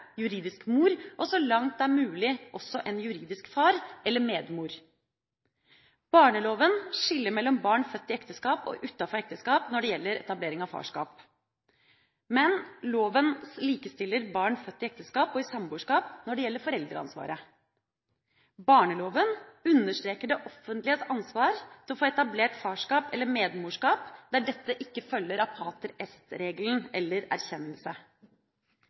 juridisk mor og så langt det er mulig også en juridisk far, eller medmor. Barneloven skiller mellom barn født i ekteskap og barn født utenfor ekteskap når det gjelder etablering av farskap, men loven likestiller barn født i ekteskap og i samboerskap når det gjelder foreldreansvaret. Barneloven understreker det offentliges ansvar for å få etablert farskap eller medmorskap der dette ikke følger av pater est-regelen eller erkjennelse.